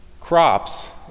crops